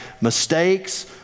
mistakes